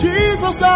Jesus